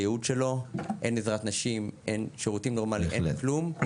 אין עזרת נשים, אין שירותים נורמאליים, אין כלום.